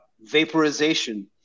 vaporization